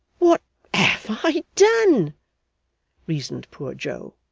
what have i done reasoned poor joe.